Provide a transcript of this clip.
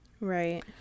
right